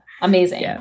Amazing